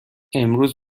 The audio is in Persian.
امروز